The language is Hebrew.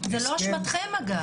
זה לא אשמתכם, אגב.